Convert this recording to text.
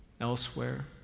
elsewhere